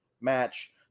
match